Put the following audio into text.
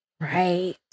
Right